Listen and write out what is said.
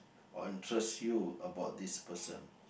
or interests you about this person